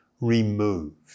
removed